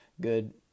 good